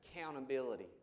Accountability